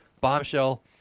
bombshell